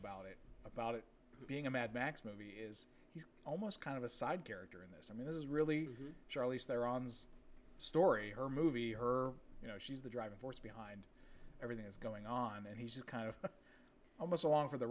about it about it being a mad max movie is almost kind of a side character in this i mean this is really charlie's their arms story her movie her you know she's the driving force behind everything is going on and he's kind of almost along for the